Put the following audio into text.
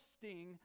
trusting